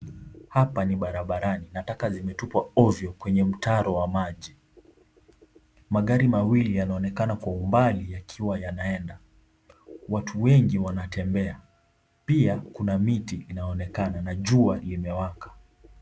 Hapa ni barabarani, na taka zimetupwa ovyo kwenye mtaro wa maji. Magari mawili yanaonekana kwa umbali yakiwa yanaenda. Watu wengi wanatembea. Pia kuna miti inaonekana na jua limewaka.